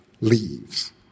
leaves